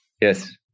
Yes